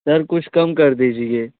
sir कुछ कम कर दीजिए